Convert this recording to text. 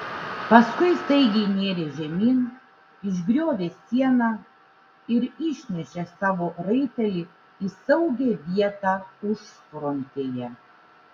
paskui staigiai nėrė žemyn išgriovė sieną ir išnešė savo raitelį į saugią vietą užfrontėje